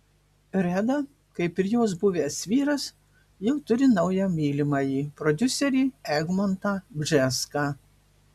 reda kaip ir jos buvęs vyras jau turi naują mylimąjį prodiuserį egmontą bžeską